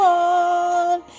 one